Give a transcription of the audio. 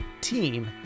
team